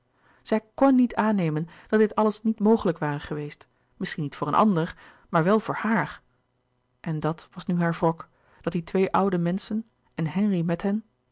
zij kn niet aannemen dat dit alles niet mogelijk ware geweest misschien niet voor een ander maar wel voor haar en dàt was nu haar wrok dat die twee oude menschen en henri met hen